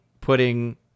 putting